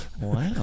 Wow